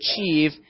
achieve